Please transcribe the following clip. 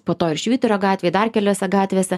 po to ir švyturio gatvėj dar keliose gatvėse